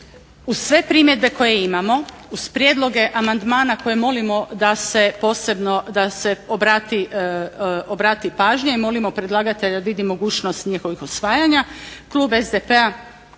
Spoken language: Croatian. uz sve primjedbe koje imamo, uz prijedloge amandmana koje molimo da se obrati pažnja i molimo predlagatelja da vidi mogućnost njihovih usvajanja klub SDP-a